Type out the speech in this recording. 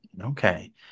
okay